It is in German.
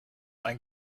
ein